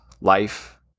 life